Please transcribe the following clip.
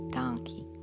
donkey